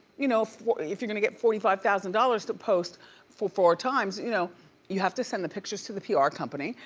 you know if you're gonna get forty five thousand dollars to post four four times, you know you have to send the pictures to the pr ah company,